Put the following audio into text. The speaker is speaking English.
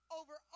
over